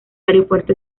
aeropuerto